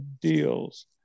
deals